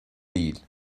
değil